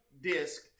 disc